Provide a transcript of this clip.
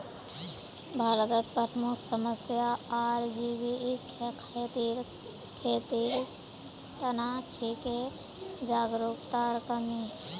भारतत प्रमुख समस्या आर जैविक खेतीर त न छिके जागरूकतार कमी